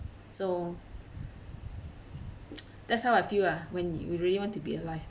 so that's how I feel lah when we really want to be alive